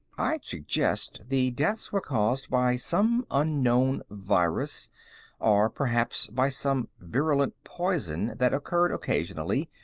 i'd suggest the deaths were caused by some unknown virus or, perhaps, by some virulent poison that occurred occasionally,